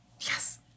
Yes